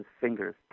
fingers